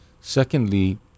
Secondly